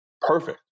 perfect